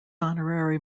honorary